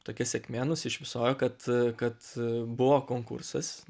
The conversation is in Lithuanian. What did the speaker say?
tokia sėkmė nusišypsojo kad kad buvo konkursas